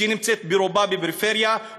שנמצאת ברובה בפריפריה,